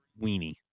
weenie